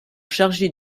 chargée